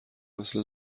مثل